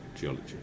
geology